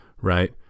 Right